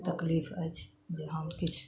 तकलीफ अछि जे हम किछु